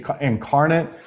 incarnate